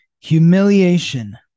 humiliation